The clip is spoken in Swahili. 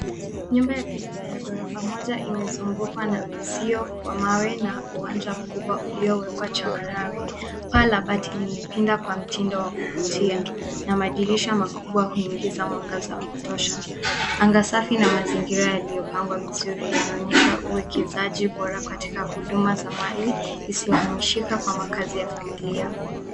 Nyumba ya kisasa ya gorofa moja imezungukwa na uzio wa mawe na uwanja mkubwa uliowekwa changarawe. Paa la bati limepinda kwa mtindo wa kuvutia na madirisha makubwa kuingiza mwangaza wa kutosha. Anga safi na mazingira yaliyopangwa vizuri yanaonyesha uwekezaji bora katika huduma za mali isioshika kwa makazi ya familia.